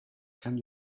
can